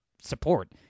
support